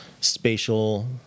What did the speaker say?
spatial